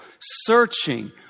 searching